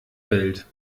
welt